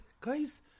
guys